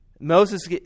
Moses